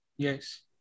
Yes